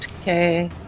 Okay